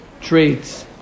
traits